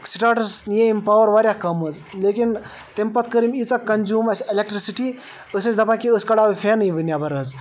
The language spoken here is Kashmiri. سٹاٹَس نِیے أمۍ پاوَر واریاہ کَم حظ لیکن تیٚمہِ پَتہٕ کٔر أمۍ ییٖژاہ کَنزیٖوٗم اَسہِ اٮ۪لَکٹِرٛسِٹی أسی ٲسۍ دَپان کہِ أسۍ کَڑہاو یہِ فینٕے وۄنۍ نٮ۪بر حظ